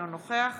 אינו נוכח